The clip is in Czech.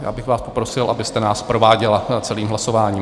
Já bych vás poprosil, abyste nás prováděla celým hlasováním.